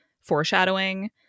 foreshadowing